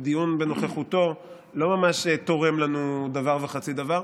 ודיון בנוכחותו לא ממש תורם לנו דבר וחצי דבר,